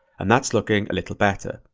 and that's looking a little better.